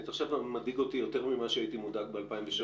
עכשיו אתה מדאיג אותי יותר ממה שהייתי מודאג ב-2016,